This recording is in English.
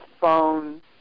phone